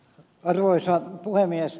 arvoisa puhemies